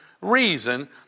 reason